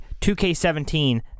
2K17